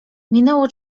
minęło